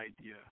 idea